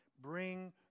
bring